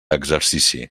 exercici